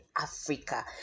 africa